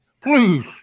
Please